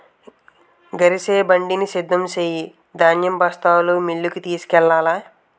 గరిసెబండిని సిద్ధం సెయ్యు ధాన్యం బస్తాలు మిల్లుకు తోలుకెల్లాల